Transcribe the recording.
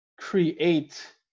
create